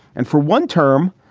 and for one term,